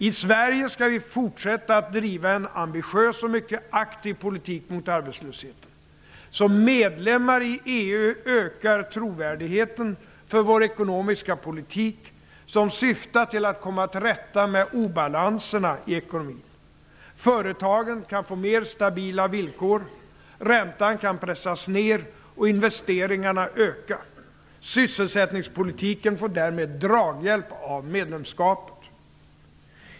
I Sverige skall vi fortsätta att driva en ambitiös och mycket aktiv politik mot arbetslösheten. När vi blir medlemmar i EU ökar trovärdigheten för vår ekonomiska politik som syftar till att komma till rätta med obalanserna i ekonomin. Företagen kan få mer stabila villkor. Räntan kan pressas ner och investeringarna öka. Sysselsättningspolitiken får därmed draghjälp av medlemskapet.